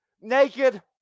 naked